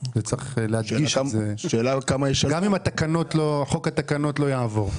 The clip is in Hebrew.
וצריך להדגיש, גם אם חוק התקנות לא יעבור.